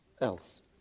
else